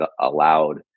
allowed